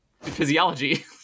physiology